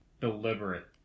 deliberate